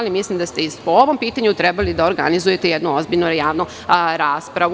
Mislim da ste po ovom pitanju trebali da organizujete jednu ozbiljnu javnu raspravu.